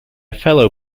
fellow